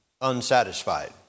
unsatisfied